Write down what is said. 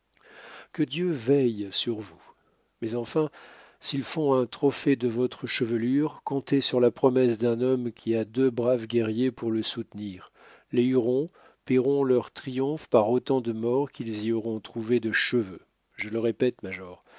que dieu veille sur vous mais enfin s'ils font un trophée de votre chevelure comptez sur la promesse d'un homme qui a deux braves guerriers pour le soutenir les hurons paieront leur triomphe par autant de morts qu'ils y auront trouvé de cheveux je le répète major